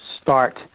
start